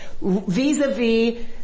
vis-a-vis